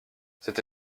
cette